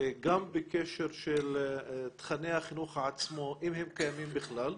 גם בקשר של תכני החינוך עצמו אם הם קיימים בכלל,